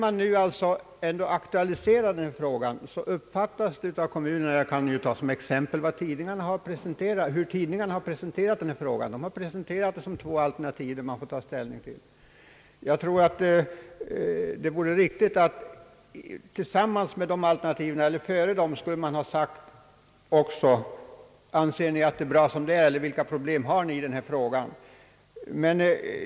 Men när frågan nu har aktualiserats, uppfattas det av kommunerna som om det fanns två alternativ att ta ställning till. Att så är visar bl.a. det sätt på vilket tidningarna har presenterat frågan. Jag tror att det hade varit riktigt att man innan alternativen framkom hade frågat kommunerna: Anser ni att det är bra som det är, eller vilka problem har ni i detta sammanhang?